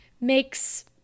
makes